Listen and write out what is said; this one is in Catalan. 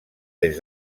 des